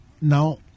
Now